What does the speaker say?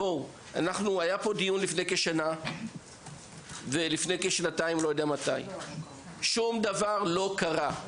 היה פה דיון לפני כשנה וגם לפני, ושום דבר לא קרה.